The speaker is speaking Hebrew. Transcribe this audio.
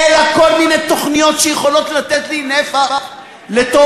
אלא כל מיני תוכניות שיכולות לתת לי נפח לתוך